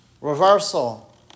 reversal